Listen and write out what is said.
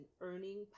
earning